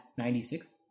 96